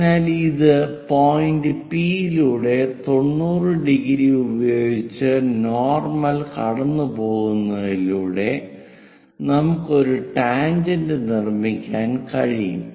അതിനാൽ ഇത് point P ലൂടെ 90⁰ ഉപയോഗിച്ച് നോർമൽ കടന്നുപോകുന്നതിലൂടെ നമുക്ക് ഒരു ടാൻജെന്റ് നിർമ്മിക്കാൻ കഴിയും